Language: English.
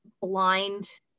blind